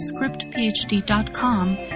scriptphd.com